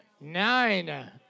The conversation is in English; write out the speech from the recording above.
nine